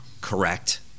correct